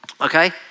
okay